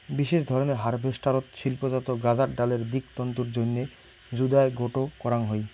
বিশেষ ধরনের হারভেস্টারত শিল্পজাত গাঁজার ডালের দিক তন্তুর জইন্যে জুদায় গোটো করাং হই